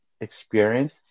experience